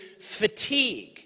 fatigue